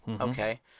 Okay